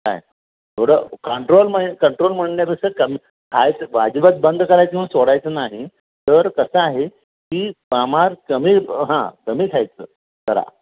काय थोडं कांट्रोल म्ह कंट्रोल म्हणण्यापेक्षा कमी खायचं अजीबात बंद करायचं म्हण सोडायचं नाही तर कसं आहे की कामार कमी हां कमी खायचं जरा